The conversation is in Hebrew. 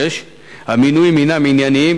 6. המינויים הינם ענייניים,